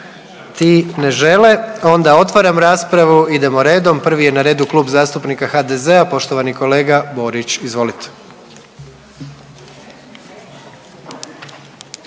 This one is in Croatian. ti ne žele onda otvaram raspravu, idemo redom. Prvi je na redu Klub zastupnika HDZ-a, poštovani kolega Borić, izvolite.